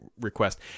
request